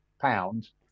pounds